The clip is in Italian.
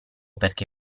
perché